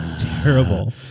terrible